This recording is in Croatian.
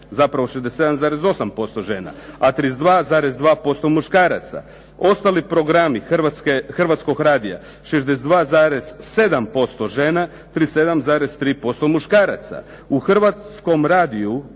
zapravo 67,8% žena, a 32,2% muškaraca. Ostali programi Hrvatskog radija 62,7% žena, 37,3% muškaraca. U Hrvatskom radiju